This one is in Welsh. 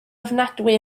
ofnadwy